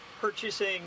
purchasing